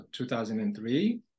2003